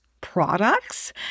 products